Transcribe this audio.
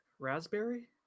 Raspberry